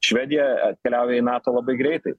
švedija atkeliauja į nato labai greitai